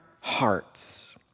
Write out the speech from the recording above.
hearts